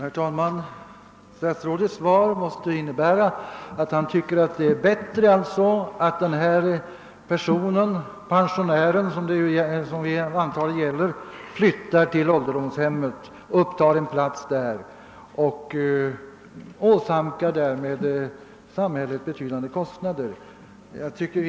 Herr talman! Statsrådets svar måste innebära att han tycker att det är bättre att den pensionär, som vi antar att fallet gäller, flyttar till ålderdomshemmet, upptar en plats där och åsamkar samhället betydande kostnader.